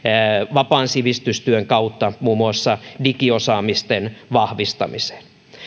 vapaan sivistystyön kautta muun muassa digiosaamisen vahvistamiseen